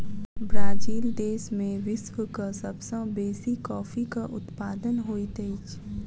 Brazil देश में विश्वक सब सॅ बेसी कॉफ़ीक उत्पादन होइत अछि